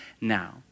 now